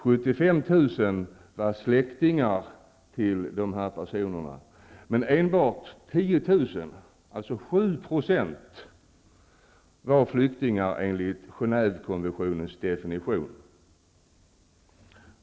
75 000 var släktingar till dessa personer. Enbart 10 000, alltså 7 %, var flyktingar enligt Genèvekonventionens definition.